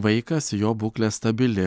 vaikas jo būklė stabili